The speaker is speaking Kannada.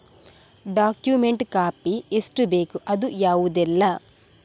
ಡಾಕ್ಯುಮೆಂಟ್ ಕಾಪಿ ಎಷ್ಟು ಬೇಕು ಅದು ಯಾವುದೆಲ್ಲ?